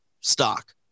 stock